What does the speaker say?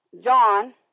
John